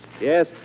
Yes